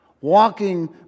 Walking